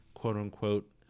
Quote-unquote